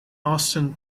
austin